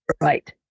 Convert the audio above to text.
right